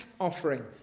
offering